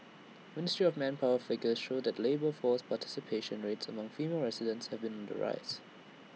ministry of manpower figures show that the labour force participation rates among female residents have been the rise